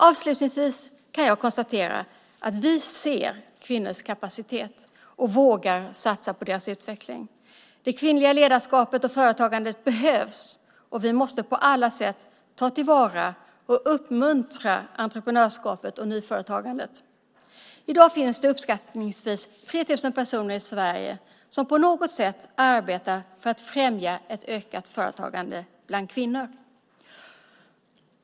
Avslutningsvis, herr talman, kan jag konstatera att vi ser kvinnors kapacitet och vågar satsa på deras utveckling. Det kvinnliga ledarskapet och företagandet behövs, och vi måste på alla sätt ta till vara och uppmuntra entreprenörskapet och nyföretagandet. I dag finns det uppskattningsvis 3 000 personer i Sverige som på något sätt arbetar för att främja ett ökat företagande bland kvinnor.